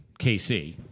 KC